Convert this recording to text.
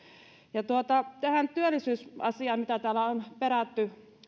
tähän työllisyysasiaan täällä on perätty